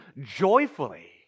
joyfully